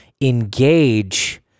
engage